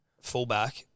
Fullback